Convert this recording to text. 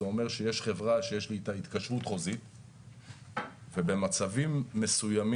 זה אומר שיש חברה שיש לי איתה התקשרות חוזית ובמצבים מסוימים,